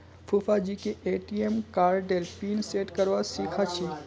फूफाजीके ए.टी.एम कार्डेर pin set करवा सीखा छि